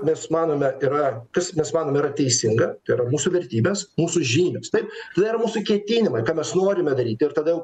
mes manome yra kas mes manom yra teisinga tai yra mūsų vertybės mūsų žinios taip ir dar yra mūsų ketinimai ką mes norime daryti ir tada jau